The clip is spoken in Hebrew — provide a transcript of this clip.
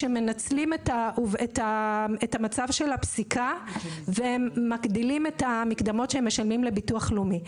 שינצלו את המצב של הפסיקה ויגדילו את המקדמות שהם משלמים לביטוח הלאומי.